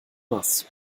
nass